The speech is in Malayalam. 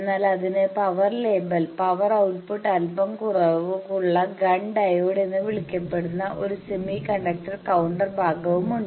എന്നാൽ അതിന് പവർ ലേബൽ പവർ ഔട്ട്പുട്ട് അൽപ്പം കുറവുള്ള ഗൺ ഡയോഡ് എന്ന് വിളിക്കപ്പെടുന്ന ഒരു സെമികണ്ടക്ടർ കൌണ്ടർ ഭാഗവുമുണ്ട്